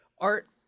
art